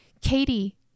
Katie